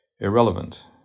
irrelevant